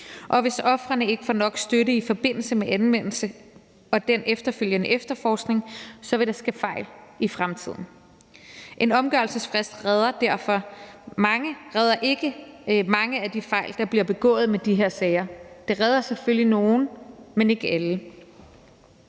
og hvis ofrene ikke får nok støtte i forbindelse med anmeldelsen og den efterfølgende efterforskning, så vil der ske fejl i fremtiden. En omgørelsesfrist retter derfor ikke op på mange af de fejl, der bliver begået i de her sager. Det retter selvfølgelig op på nogle, men ikke alle.